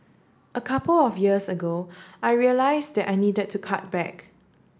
a couple of years ago I realise that I needed to cut back